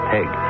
Peg